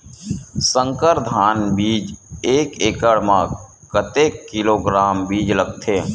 संकर धान बीज एक एकड़ म कतेक किलोग्राम बीज लगथे?